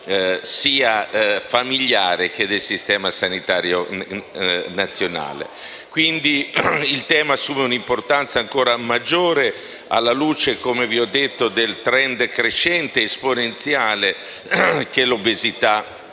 sia familiare che del sistema sanitario nazionale. Quindi, il tema assume un'importanza ancora maggiore, alla luce soprattutto del *trend* crescente ed esponenziale che l'obesità fa